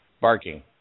barking